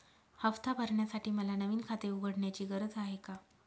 हफ्ता भरण्यासाठी मला नवीन खाते उघडण्याची गरज आहे का?